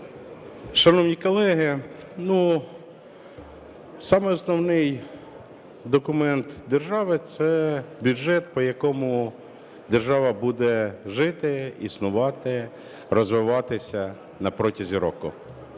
Шановні колеги, самий основний документ держави – це бюджет, по якому держава буде жити, існувати, розвиватися на протязі року.